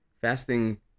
Fasting